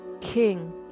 king